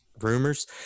rumors